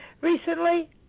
recently